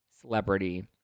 celebrity